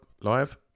live